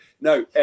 no